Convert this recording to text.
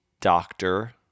Doctor